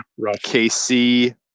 KC